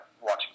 watching